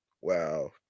Wow